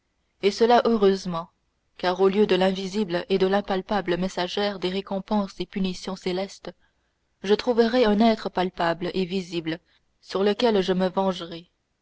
et cela heureusement car au lieu de l'invisible et de l'impalpable messagère des récompenses et punitions célestes je trouverai un être palpable et visible sur lequel je me vengerai